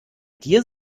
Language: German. dir